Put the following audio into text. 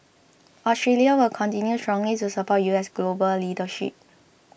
Australia will continue strongly to support U S global leadership